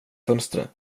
fönstret